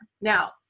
Now